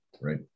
Right